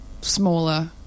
smaller